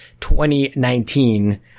2019